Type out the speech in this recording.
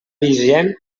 vigent